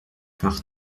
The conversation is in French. par